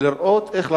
ולראות איך לעשות,